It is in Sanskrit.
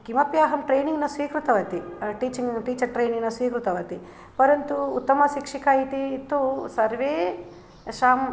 किमपि अहं ट्रेनिङ्ग् न स्वीकृतवती टीचर् ट्रेनिङ्ग् न स्वीकृतवती परन्तु उत्तमशिक्षिका इति तु सर्वेषां